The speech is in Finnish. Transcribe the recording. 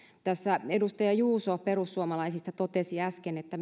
tässä edustaja juuso perussuomalaisista totesi äsken että